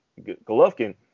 Golovkin